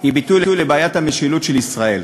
היא ביטוי לבעיית המשילות של ישראל.